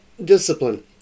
Discipline